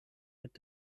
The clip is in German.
mit